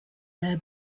their